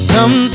Come